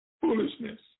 foolishness